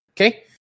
Okay